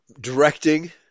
directing